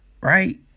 right